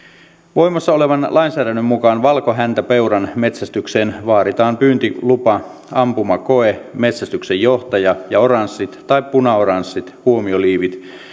voimassa olevan lainsäädännön mukaan valkohäntäpeuran metsästykseen vaaditaan pyyntilupa ampumakoe metsästyksen johtaja ja oranssit tai punaoranssit huomioliivit